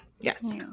yes